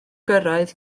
gyrraedd